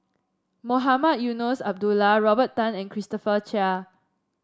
Mohamed Eunos Abdullah Robert Tan and Christopher Chia